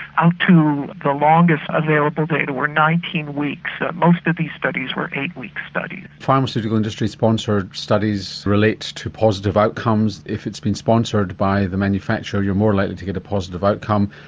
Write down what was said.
out to the longest available data, nineteen weeks. most of these studies were eight-week studies. pharmaceutical industry sponsored studies relate to positive outcomes if it's been sponsored by the manufacturer. you're more likely to get a positive outcome.